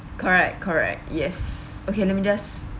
correct correct yes okay let me just